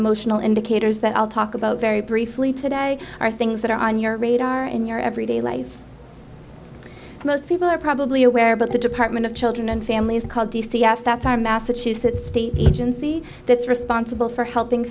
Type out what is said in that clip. emotional indicators that i'll talk about very briefly today are things that are on your radar in your everyday life most people are probably aware but the department of children and family is called d c f that's why massachusetts state agency that's responsible for helping